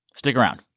stick around